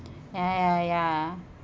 ya ya ya